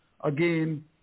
again